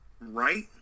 right